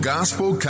Gospel